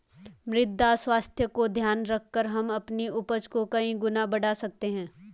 मृदा स्वास्थ्य का ध्यान रखकर हम अपनी उपज को कई गुना बढ़ा सकते हैं